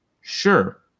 sure